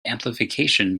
amplification